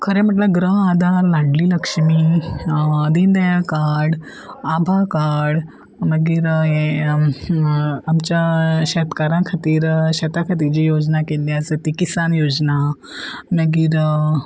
खरें म्हटल्यार Griha Aadhar Ladli Laxmi Deendayal card Abha card मागीर हे आमच्या शेतकारां खातीर शेतां खातीर जी योजना केल्ली आसा ती किसान योजना मागीर